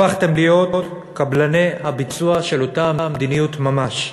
הפכתם להיות קבלני הביצוע של אותה מדיניות ממש.